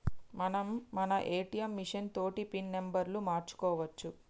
మనం మన ATM machine తోటి పిన్ నెంబర్ను మార్చుకోవచ్చు